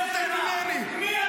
תתבייש לך --- מי אתה בכלל?